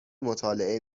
مطالعه